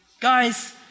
Guys